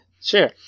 Sure